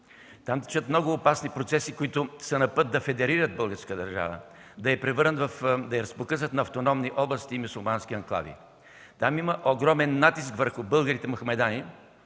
Там текат много опасни процеси, които са на път да федерират българската държава, да я разпокъсат на автономни области и мюсюлмански анклави. Там има огромен натиск върху българите мохамедани